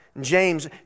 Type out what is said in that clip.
James